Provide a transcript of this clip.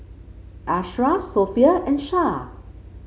Ashraf Sofea and Shah